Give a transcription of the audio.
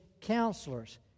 counselors